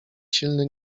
silny